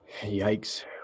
Yikes